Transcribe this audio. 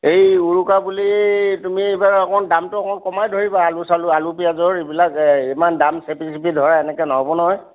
এই উৰুকা বুলি তুমি এইবাৰ অকণ দামটো অকণমান কমাই ধৰিবা আলু চালু আলু পিঁয়াজৰ এইবিলাক ইমান দাম চেপি চেপি ধৰা এনেকৈ নহ'ব নহয়